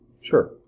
Sure